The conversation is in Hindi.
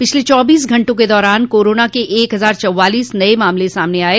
पिछले चौबीस घंटों के दौरान कोरोना के एक हजार चौवालीस नये मामले सामने आये